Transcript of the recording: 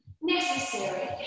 necessary